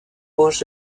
gauche